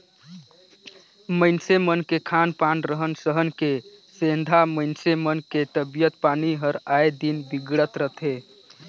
मइनसे मन के खान पान, रहन सहन के सेंधा मइनसे मन के तबियत पानी हर आय दिन बिगड़त रथे